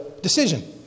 Decision